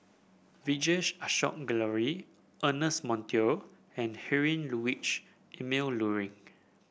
Vijesh Ashok Ghariwala Ernest Monteiro and Heinrich Ludwig Emil Luering